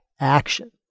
action